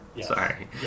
Sorry